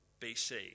BC